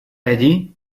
allí